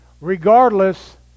regardless